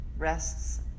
rests